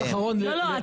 לא,